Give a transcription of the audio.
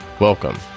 Welcome